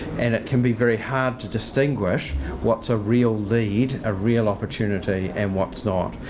and it can be very hard to distinguish what's a real lead, a real opportunity and what's not,